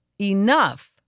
Enough